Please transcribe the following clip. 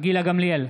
גילה גמליאל,